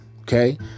Okay